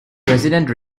president